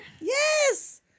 Yes